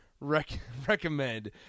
recommend